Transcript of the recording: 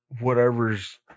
whatever's